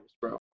bro